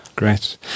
Great